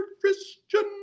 Christian